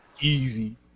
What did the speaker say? Easy